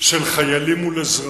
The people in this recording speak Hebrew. של חיילים מול אזרחים.